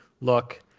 look